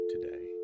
today